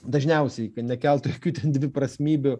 dažniausiai nekeltų jokių dviprasmybių